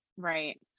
Right